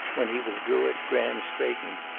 when he withdrew it graham straightened.